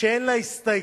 כשאין לה הסתייגויות,